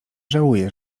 żałuje